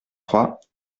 trois